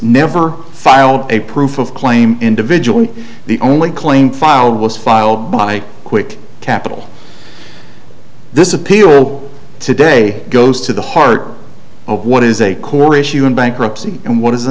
never filed a proof of claim individual the only claim filed was filed by quick capital this appeal today goes to the heart of what is a core issue in bankruptcy and what